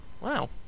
wow